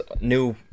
new